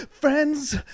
friends